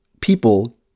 people